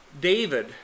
David